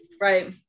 Right